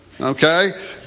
Okay